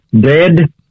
dead